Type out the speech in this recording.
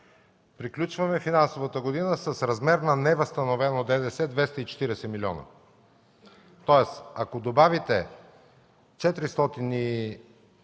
Приключваме финансовата година с размер на невъзстановено ДДС 240 млн. лв. Тоест, ако добавите 450,